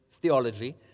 theology